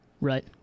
Right